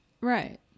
Right